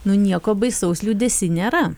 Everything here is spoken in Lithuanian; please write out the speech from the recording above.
nu nieko baisaus liūdesy nėra